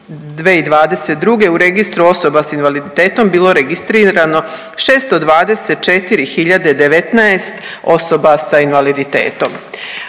1.9.2022. u Registru osoba sa invaliditetom bilo registrirano 624019 osoba sa invaliditetom.